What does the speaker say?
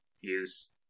use